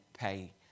pay